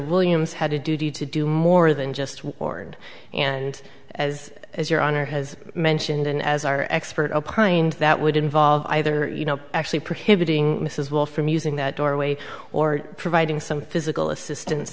williams had a duty to do more than just ward and as as your honor has mentioned and as our expert opined that would involve either you know actually prohibiting mrs wolf from using that doorway or providing some physical assistance